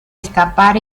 escapar